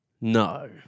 No